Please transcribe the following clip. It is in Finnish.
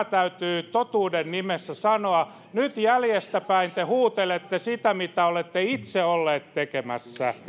täytyy totuuden nimessä sanoa nyt jäljestäpäin te huutelette sitä mitä olette itse olleet tekemässä